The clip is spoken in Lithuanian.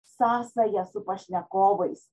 sąsaja su pašnekovais